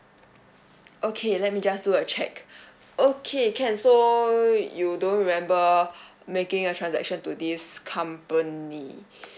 okay let me just do a check okay can so you don't remember making a transaction to this company